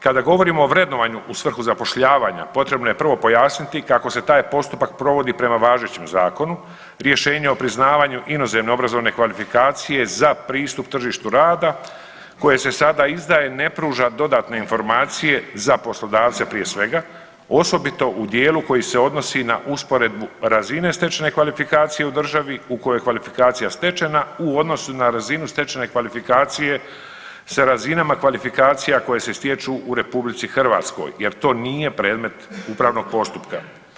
Kada govorimo o vrednovanju u svrhu zapošljavanja, potrebno je prvo pojasniti kako se taj postupak provodi prema važećem zakonu, rješenje o priznavanju inozemne obrazovne kvalifikacije za pristup tržištu rada koje se sada izdaje ne pruža dodatne informacije za poslodavce, prije svega, osobito u dijelu koji se odnosi na usporedbu razine stečene kvalifikacije u državi u kojoj je kvalifikacija stečena u odnosu na razinu stečene kvalifikacije sa razinama kvalifikacija koje se stječu u RH, jer to nije predmet upravnog postupka.